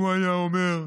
הוא היה אומר: